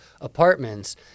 apartments